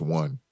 one